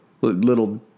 little